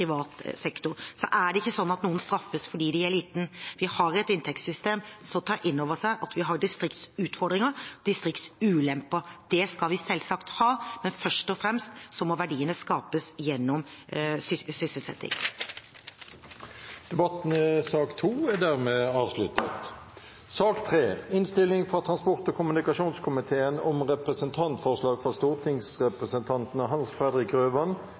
sektor. Det er ikke slik at noen straffes fordi de er små. Vi har et inntektssystem som tar inn over seg at vi har distriktsutfordringer og distriktsulemper. Det skal vi selvsagt ha, men først og fremst må verdiene skapes gjennom sysselsetting. Sak nr. 2 er dermed ferdigbehandlet. Etter ønske fra transport- og kommunikasjonskomiteen